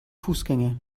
fußgänger